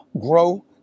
grow